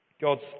God's